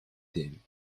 theme